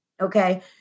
okay